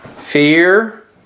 Fear